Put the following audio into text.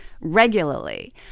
regularly